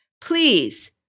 please